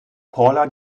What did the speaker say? paula